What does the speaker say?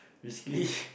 basically